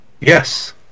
Yes